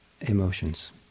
emotions